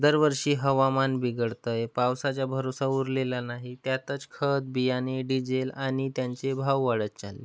दरवर्षी हवामान बिघडतंय पावसाचा भरोसा उरलेला नाही त्यातच खत बियाणे डिजेल आणि त्यांचे भाव वाढत चालले